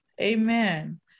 Amen